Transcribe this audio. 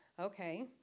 Okay